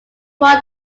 won